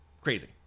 Crazy